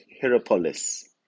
Hierapolis